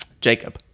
Jacob